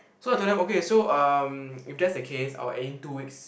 so I told them okay so um if that's the case I will add in two weeks